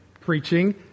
preaching